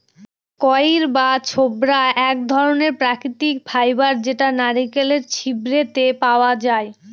কইর বা ছবড়া এক ধরনের প্রাকৃতিক ফাইবার যেটা নারকেলের ছিবড়েতে পাওয়া যায়